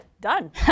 Done